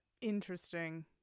Interesting